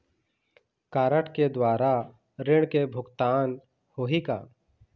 Card के द्वारा ऋण के भुगतान होही का?